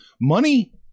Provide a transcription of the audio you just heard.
Money